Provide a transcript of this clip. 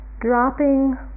Dropping